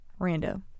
Rando